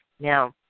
Now